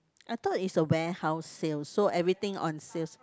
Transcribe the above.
I thought is a warehouse sale so everything on sales